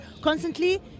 constantly